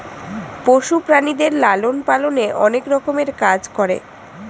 পশু প্রাণীদের লালন পালনে অনেক রকমের কাজ করে